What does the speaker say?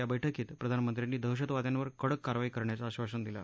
या बैठकीत प्रधानमंत्र्यांनी दहशतवाद्यांवर कडक कारवाई करण्याचे आश्वासन दिले